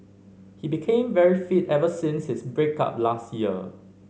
he became very fit ever since his break up last year